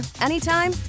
anytime